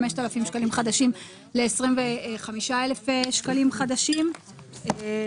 40-41 ו-45-47 מתוך הצעת חוק ההתייעלות הכלכלית (תיקוני